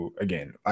Again